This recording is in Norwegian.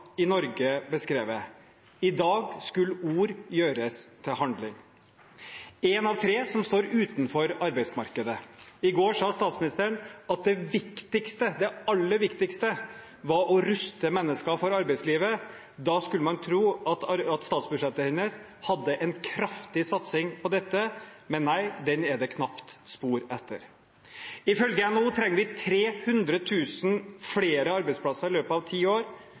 i Norge beskrevet. I dag skulle ord gjøres til handling. En av tre som står utenfor arbeidsmarkedet – i går sa statsministeren at det viktigste, det aller viktigste, var å ruste mennesker for arbeidslivet. Da skulle man tro at statsbudsjettet hennes hadde en kraftig satsing på dette. Men nei, den er det knapt spor etter. Ifølge NHO trenger vi 300 000 flere arbeidsplasser i løpet av ti år.